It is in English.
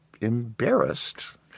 embarrassed